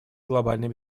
глобальной